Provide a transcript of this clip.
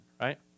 right